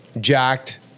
jacked